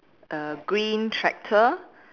a green tractor